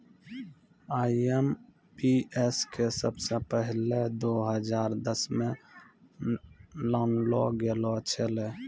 IMPS के सबसे पहिलै दो हजार दसमे लानलो गेलो छेलै